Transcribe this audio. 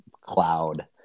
cloud